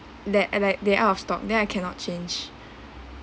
that like they out of stock then I cannot change